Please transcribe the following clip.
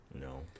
No